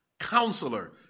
counselor